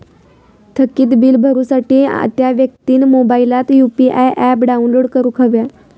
थकीत बील भरुसाठी त्या व्यक्तिन मोबाईलात यु.पी.आय ऍप डाउनलोड करूक हव्या